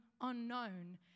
unknown